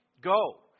go